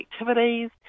activities